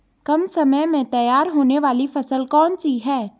कम समय में तैयार होने वाली फसल कौन सी है?